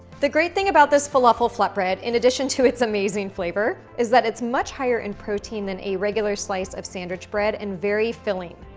the great thing about this falafel flatbread in addition to its amazing flavor, is that it's much higher in protein than a regular slice of of sandwich bread and very filling.